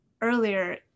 earlier